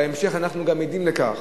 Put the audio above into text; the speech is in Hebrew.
בהמשך אנחנו גם עדים לכך